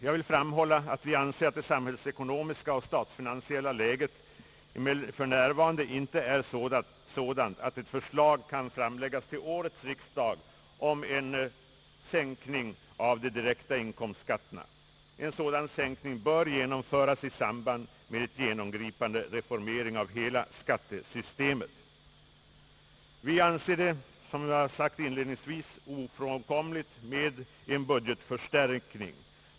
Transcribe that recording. Jag vill framhålla att vi anser att det samhällsekonomiska och statsfinansiella läget för närvarande inte är sådant att förslag om en omedelbar sänkning av de direkta inkomstskatterna kan framläggas vid årets riksdag. En sådan sänkning bör genomföras i samband med en genomgripande reformering av hela skattesystemet. Vi anser, som jag sagt inledningsvis, det vara ofrånkomligt med en budgetförstärkning.